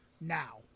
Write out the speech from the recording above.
now